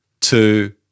two